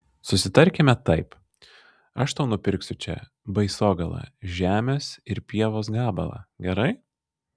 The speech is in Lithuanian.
susitarkime taip aš tau nupirksiu čia baisogaloje žemės ir pievos gabalą gerai